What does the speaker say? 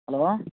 hello